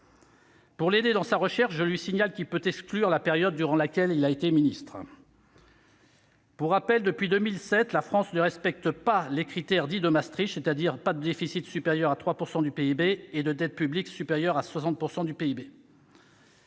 Pour l'aider dans sa recherche, je lui signale qu'il peut exclure la période durant laquelle il a été ministre ! Pour rappel, depuis 2007, la France ne respecte pas les critères dits de Maastricht, c'est-à-dire un déficit inférieur à 3 % du PIB et une dette publique inférieure à 60 % du PIB.